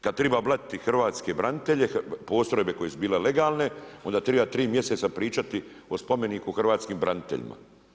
Kad treba blatiti hrvatske branitelje, postrojbe koje su bile legalne, onda treba 3 mjeseca pričati o spomeniku hrvatskim braniteljima.